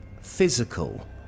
physical